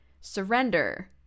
Surrender